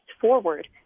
forward